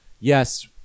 Yes